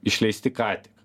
išleisti ką tik